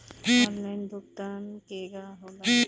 Online भुगतान केगा होला?